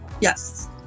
yes